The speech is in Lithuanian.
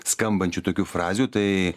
skambančių tokių frazių tai